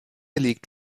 liegt